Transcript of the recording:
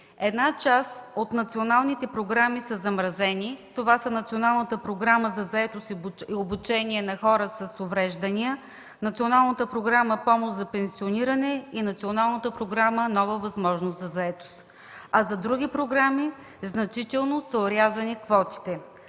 Една част от националните програми са замразени – това са Националната програма за заетост и обучение на хора с увреждания; Националната програма „Помощ за пенсиониране” и Националната програма „Нова възможност за заетост”, а за други програми квотите са значително